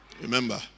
remember